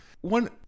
One